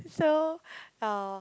so uh